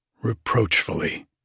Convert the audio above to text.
Reproachfully